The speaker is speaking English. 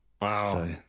Wow